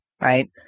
right